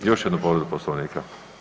Još jednu povredu Poslovnika.